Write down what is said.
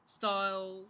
style